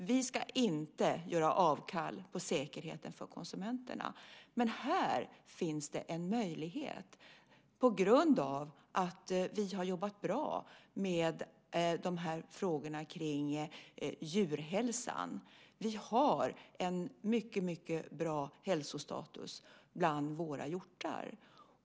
Vi ska inte göra avkall på säkerheten för konsumenterna. Men här finns det en möjlighet på grund av att vi har jobbat bra med dessa frågor om djurhälsan. Vi har en mycket bra hälsostatus bland våra hjortar.